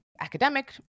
academic